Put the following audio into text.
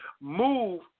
move